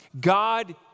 God